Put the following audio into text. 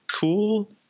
cool